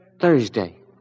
Thursday